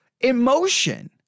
emotion